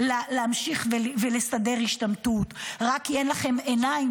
להמשיך ולסדר השתמטות רק כי אין לכם עיניים